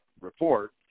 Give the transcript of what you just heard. report